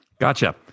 Gotcha